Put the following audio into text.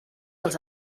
els